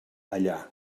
allà